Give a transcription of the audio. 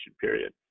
period